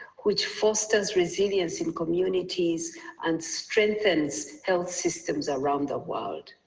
which fosters resilience in communities and strengthens health systems around the world.